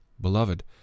Beloved